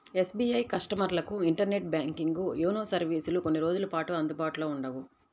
SBI కస్టమర్లకు internet banking, YONO సర్వీసులు కొన్ని రోజుల పాటు అందుబాటులో ఉండవు